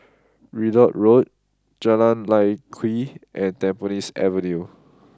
Ridout Road Jalan Lye Kwee and Tampines Avenue